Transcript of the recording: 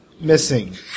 missing